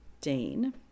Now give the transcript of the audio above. Dean